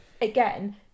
again